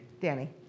Danny